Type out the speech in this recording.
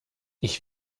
ich